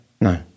No